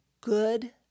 good